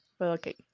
Okay